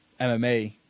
MMA